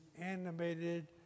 animated